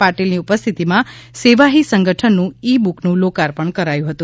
પાટિલની ઉપસ્થિતિમાં સેવા હી સંગઠનનું ઇ બુકનું લોકાર્પણ કરાયું હતું